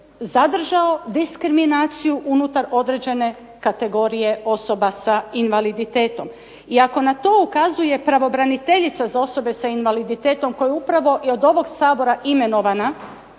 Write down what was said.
zadržao diskriminaciju unutar određene kategorije osoba s invaliditetom. I ako na to ukazuje pravobraniteljica za osobe s invaliditetom koja je upravo i od ovog Sabora imenovana,